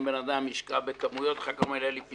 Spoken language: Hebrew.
אם בן אדם השקה בכמויות ואחר כך אמר שהיה לו פיצוץ?